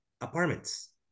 apartments